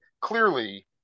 Clearly